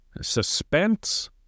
suspense